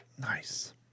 Nice